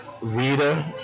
Rita